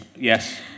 Yes